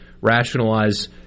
rationalize